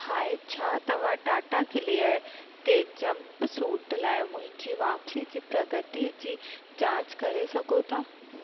हाय छा तव्हां टाटा क्लीयर ते जंपसूट लाइ मुंहिंजी वापसी जी प्रगति जी जांच करे सघो था